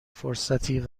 فرصتی